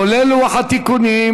כולל לוח התיקונים.